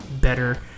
better